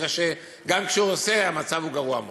וכנראה גם כשהוא עושה המצב גרוע מאוד.